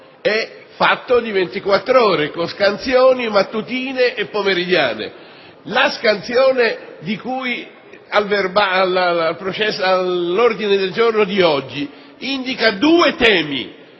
di ventiquattr'ore, con scansioni mattutine e pomeridiane. La scansione dell'ordine del giorno di oggi indica due temi,